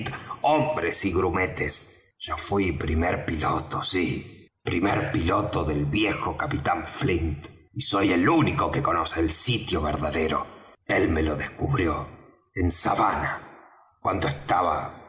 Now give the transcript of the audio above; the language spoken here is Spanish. hombres y grumetes yo fuí primer piloto sí primer piloto del viejo capitán flint y soy el único que conoce el sitio verdadero él me lo descubrió en savannah cuando estaba